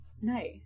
Nice